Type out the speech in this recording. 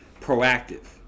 Proactive